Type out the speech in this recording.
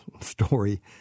story